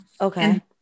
Okay